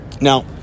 Now